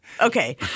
Okay